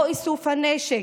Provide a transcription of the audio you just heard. לא באיסוף הנשק,